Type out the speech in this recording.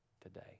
today